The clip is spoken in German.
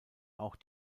auch